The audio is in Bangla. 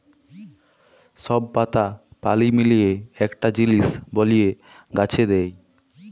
সব পাতা পালি মিলিয়ে একটা জিলিস বলিয়ে গাছে দেয়